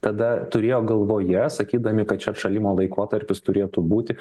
tada turėjo galvoje sakydami kad čia atšalimo laikotarpis turėtų būti